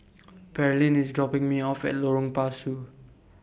Pearlene IS dropping Me off At Lorong Pasu